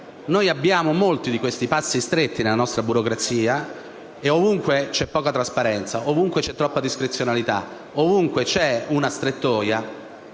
Noi abbiamo molti di questi passi stretti nella nostra burocrazia; e ovunque c'è poca trasparenza, ovunque c'è troppa discrezionalità, ovunque c'è una strettoia,